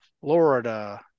Florida